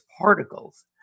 particles